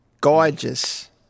Gorgeous